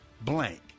blank